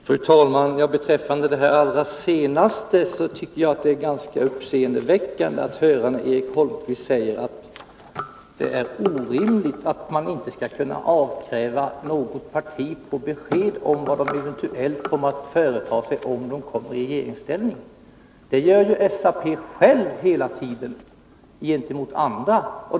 Fru talman! Det är ganska häpnadsväckande att Eric Holmqvist säger att det är orimligt att avkräva något parti besked om vad det eventuellt kommer att företa sig, om det hamnar i regeringsställning. Det gör ju SAP självt hela tiden gentemot andra.